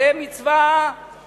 זו מצווה אוניברסלית,